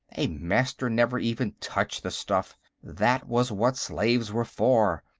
a master never even touched the stuff that was what slaves were for.